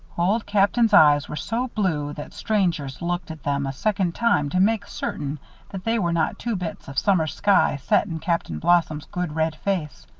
old captain's eyes were so blue that strangers looked at them a second time to make certain that they were not two bits of summer sky set in captain blossom's good, red face.